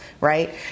right